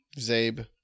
Zabe